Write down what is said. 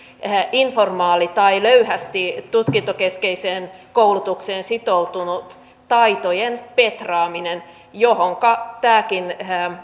informaali tai löyhästi tutkintokeskeiseen koulutukseen sitoutunut taitojen petraaminen jota tämäkin